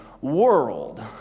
world